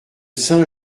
saint